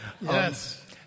Yes